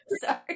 sorry